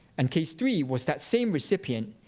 and case three was that same recipient.